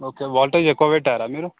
okay voltage ఎక్కువ పెట్టారా మీరు